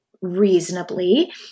reasonably